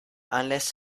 unless